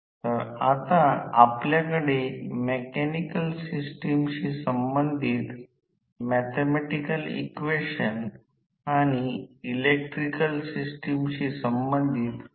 तर आणि हा रोटर सर्किट विभक्त झाला आहे हा भाग विभक्त केलेला आहे हा प्रत्यक्षात रोटर प्रतिकार आहे आणि हे क्षेत्र आहे आणि बाकीचे हे जे काही आहे हा भाग खरोखर आहे यांत्रिक उर्जा उत्पादन कारण r2 s s अस्थिर आहे